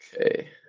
Okay